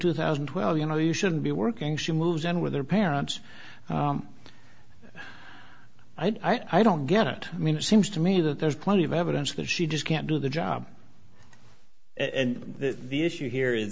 two thousand well you know you shouldn't be working she moves in with her parents i don't get it i mean it seems to me that there's plenty of evidence that she just can't do the job and the issue here